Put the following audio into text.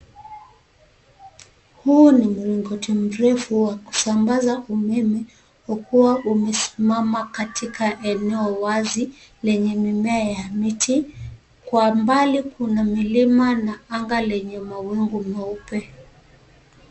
Huu ni mlingoti mrefu wa kusambaza umeme, kwa kuwa umesimama katika eneo wazi, lenye mimea ya miti, kwa mbali kuna milima na anga lenye mawingu meupe.